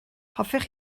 hoffech